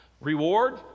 Reward